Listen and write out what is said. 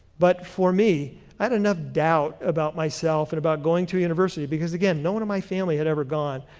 but for me, i had enough doubt about myself and about going to a university because again no one in my family had ever gone.